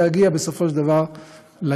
לנסות להגיע בסופו של דבר ליעד.